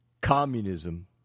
communism